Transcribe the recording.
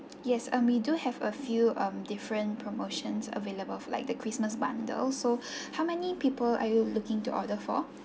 yes um we do have a few um different promotions available like the christmas bundle so how many people are you looking to order for